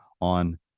on